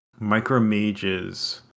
Micromages